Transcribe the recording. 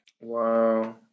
Wow